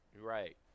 Right